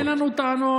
לא, אין לנו טענות.